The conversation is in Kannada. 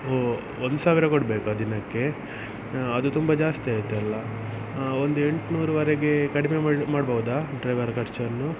ಓ ಒಂದು ಸಾವಿರ ಕೊಡಬೇಕಾ ದಿನಕ್ಕೆ ಅದು ತುಂಬ ಜಾಸ್ತಿ ಆಯಿತಲ್ಲ ಒಂದು ಎಂಟುನೂರುವರೆಗೆ ಕಡಿಮೆ ಮಾಡ ಮಾಡಬಹುದಾ ಡ್ರೈವರ್ ಖರ್ಚನ್ನು